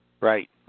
Right